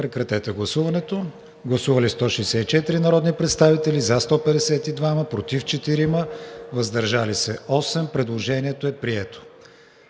процедура за гласуване. Гласували 168 народни представители: за 167, против няма, въздържал се 1. Предложението е прието.